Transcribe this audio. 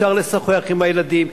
אפשר לשוחח עם הילדים,